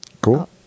Cool